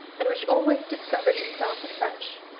and which always discovered itself afresh,